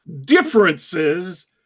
differences